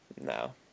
No